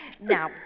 now